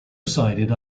sided